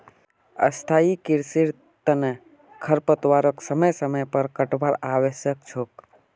स्थाई कृषिर तना खरपतवारक समय समय पर काटवार आवश्यक छोक